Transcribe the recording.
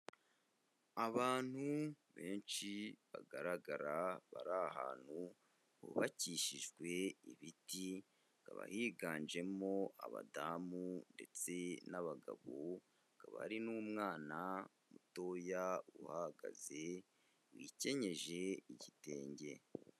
Abantu benshi bagaragara bari ahantu hubakishijwe ibiti, hakaba higanjemo abadamu ndetse n'abagabo, haka hari n'umwana mutoya uhahagaze, wikenyeje igitenge.